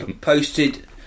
posted